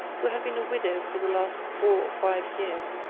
who had been a widow for the last four or five years,